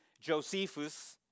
Josephus